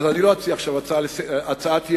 אז אני לא אציע עכשיו הצעת אי-אמון,